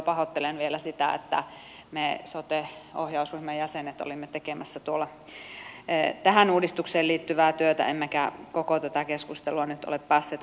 pahoittelen vielä sitä että me sote ohjausryhmän jäsenet olimme tekemässä tuolla tähän uudistukseen liittyvää työtä emmekä koko tätä keskustelua nyt ole päässeet kuulemaan